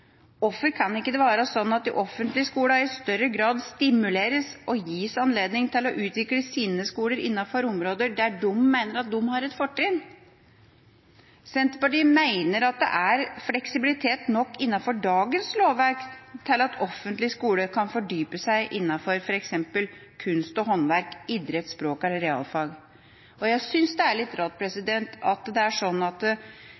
Hvorfor må det være i privat regi? Hvorfor kan ikke de offentlige skolene i større grad stimuleres og gis anledning til å utvikle sine skoler innenfor områder der de mener de har et fortrinn? Senterpartiet mener det er fleksibilitet nok innenfor dagens lovverk til at offentlige skoler kan fordype seg innen f.eks. kunst og håndverk, idrett, språk eller realfag. Jeg synes det er litt rart at